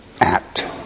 act